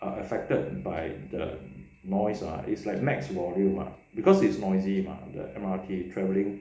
are affected by the noise lah it's like max volume lah because it's noisy mah the M_R_T travelling